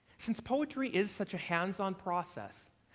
since poetry is such a hands-on process,